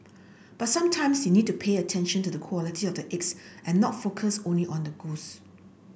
but sometimes you need to pay attention to the quality of the eggs and not focus only on the goose